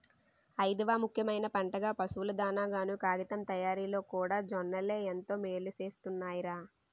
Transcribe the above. ఐదవ ముఖ్యమైన పంటగా, పశువుల దానాగాను, కాగితం తయారిలోకూడా జొన్నలే ఎంతో మేలుసేస్తున్నాయ్ రా